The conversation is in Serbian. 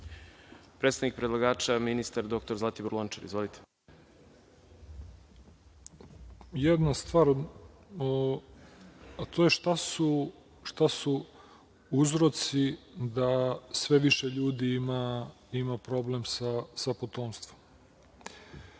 predstavnik predlagača, ministar dr Zlatibor Lončar. Izvolite. **Zlatibor Lončar** Jedna stvar, a to je šta su uzroci da sve više ljudi ima problem sa potomstvom?